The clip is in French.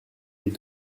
les